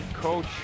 coach